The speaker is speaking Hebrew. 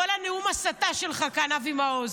כל נאום ההסתה שלך כאן,